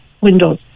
windows